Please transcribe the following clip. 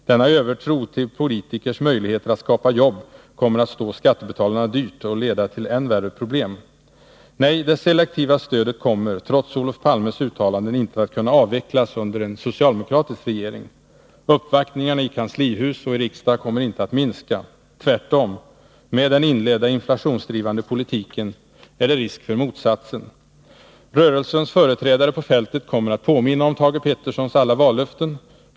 Denna övertro till politikers möjligheter att ”skapa jobb” kommer att stå skattebetalarna dyrt och leda till än värre problem. Nej, det selektiva stödet kommer — trots Olof Palmes uttalanden — inte att kunna avvecklas under en socialdemokratisk regering. Uppvaktningarna i kanslihus och i riksdag kommer inte att minska — tvärtom. Med den inledda inflationsdrivande politiken är det risk för motsatsen. Rörelsens företrädare på fältet kommer att påminna om Thage Petersons alla vallöften.